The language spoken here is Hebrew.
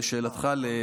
לשאלתך,